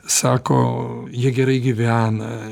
sako jie gerai gyvena